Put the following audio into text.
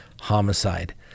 homicide